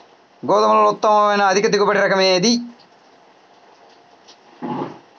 గోధుమలలో ఉత్తమమైన అధిక దిగుబడి రకం ఏది?